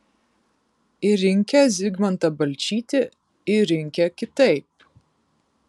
ir rinkę zigmantą balčytį ir rinkę kitaip